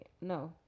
No